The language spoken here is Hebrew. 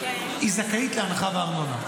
היא זכאית להנחה בארנונה,